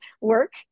work